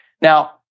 Now